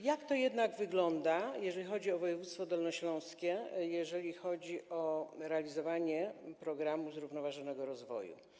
Jak to jednak wygląda, jeżeli chodzi o województwo dolnośląskie, jeżeli chodzi o realizowanie programu zrównoważonego rozwoju?